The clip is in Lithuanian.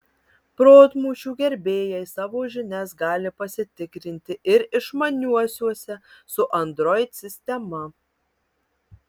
protmūšių gerbėjai savo žinias gali pasitikrinti ir išmaniuosiuose su android sistema